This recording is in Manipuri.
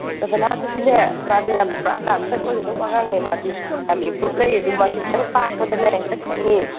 ꯁꯗꯅꯥꯗꯨꯗꯤꯅꯦ ꯃꯥꯗꯤ ꯌꯥꯝꯅ ꯄꯨꯔꯥ ꯗꯥꯟꯁꯔ ꯑꯣꯏꯒꯗꯧꯕ ꯑꯉꯥꯡꯅꯦ ꯃꯥꯗꯤ ꯌꯥꯝꯅ ꯏꯝꯄ꯭ꯔꯨꯕ ꯂꯩꯌꯦ ꯑꯗꯨꯒ ꯃꯥꯁꯤ ꯈꯤꯇꯪ ꯇꯥꯛꯄꯗꯅꯦ ꯍꯦꯛꯇ ꯈꯪꯉꯤ